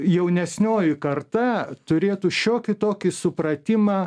jaunesnioji karta turėtų šiokį tokį supratimą